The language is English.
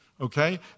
okay